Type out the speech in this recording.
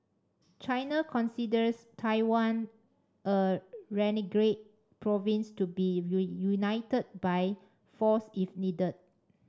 China considers Taiwan a renegade province to be reunited by force if needed